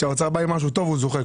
כשהאוצר בא עם משהו טוב, הוא זוכר.